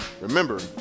Remember